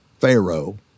Pharaoh